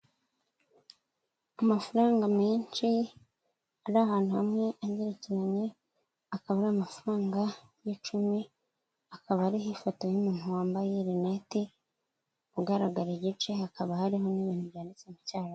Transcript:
Amafaranga menshi ari ahantu hamwe agerekeranye akaba ari amafaranga y'icumi akaba ariho ifoto y'umuntu wambaye rinete ugaragara igice hakaba harimo n'ibintu byanditse mu cyayi.